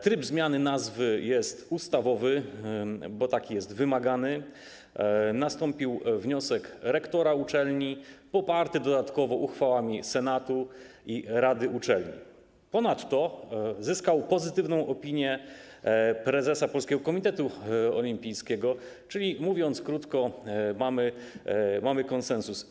Tryb zmiany nazwy jest ustawowy, bo taki jest wymagany, zmiana nastąpi na wniosek rektora uczelni, który został dodatkowo poparty uchwałami senatu i rady uczelni, a ponadto zyskał pozytywną opinię prezesa Polskiego Komitetu Olimpijskiego, czyli, mówiąc krótko, mamy konsensus.